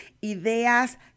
ideas